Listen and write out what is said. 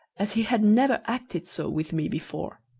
as he had never acted so with me before.